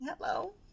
Hello